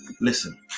Listen